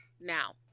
Now